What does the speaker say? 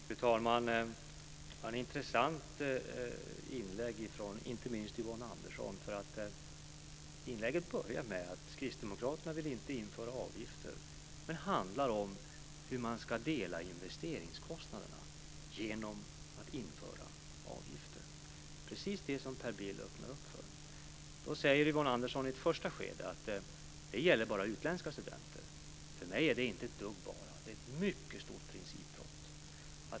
Fru talman! Det var intressanta inlägg, inte minst från Yvonne Andersson. Inlägget börjar med att Kristdemokraterna inte vill införa avgifter, men handlar om hur man ska dela investeringskostnaderna genom att införa avgifter. Det är precis det som Per Yvonne Andersson säger i ett första skede att detta bara gäller utländska studenter. För mig är inte det ett dugg "bara" - det är ett mycket stort principbrott.